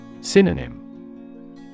Synonym